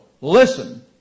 listen